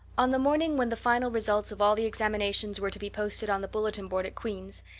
on the morning when the final results of all the examinations were to be posted on the bulletin board at queen's,